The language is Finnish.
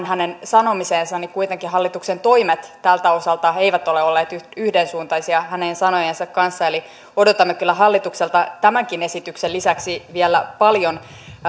hänen sanomiseensa niin kuitenkaan hallituksen toimet tältä osalta eivät ole olleet yhdensuuntaisia hänen sanojensa kanssa eli odotamme kyllä hallitukselta tämänkin esityksen lisäksi vielä paljon